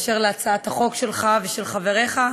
באשר להצעת החוק שלך ושל חבריך,